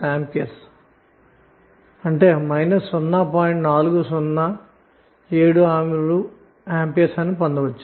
4076Aఅనిపొందుతారు